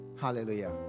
Hallelujah